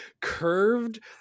curved